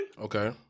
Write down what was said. Okay